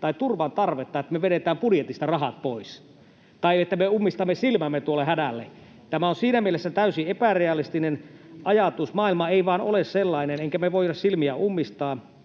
tai turvan tarvetta pois, että me vedämme budjetista rahat pois tai että me ummistamme silmämme tuolta hädältä. Tämä on siinä mielessä täysin epärealistinen ajatus — maailma ei vain ole sellainen, emmekä me voi silmiä ummistaa.